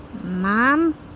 mom